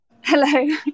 Hello